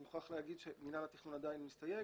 אני מוכרח להגיד שמינהל התכנון עדיין מסתייג